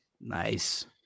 Nice